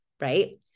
right